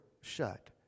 shut